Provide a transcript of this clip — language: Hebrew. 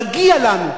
מגיע לנו.